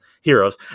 heroes